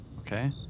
okay